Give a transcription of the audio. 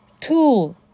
tool